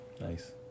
Nice